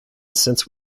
since